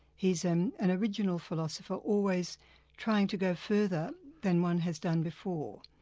he's an an original philosopher, always trying to go further than one has done before.